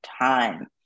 time